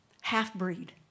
Half-breed